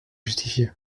justifier